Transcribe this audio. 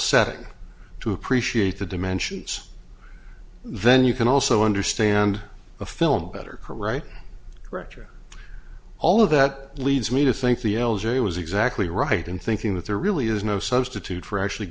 setting to appreciate the dimensions then you can also understand a film better director all of that leads me to think the l j was exactly right in thinking that there really is no substitute for actually